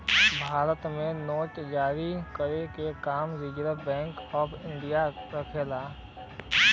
भारत में नोट जारी करे क काम रिज़र्व बैंक ऑफ़ इंडिया करेला